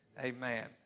amen